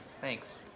Thanks